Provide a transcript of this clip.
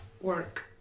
work